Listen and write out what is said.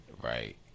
right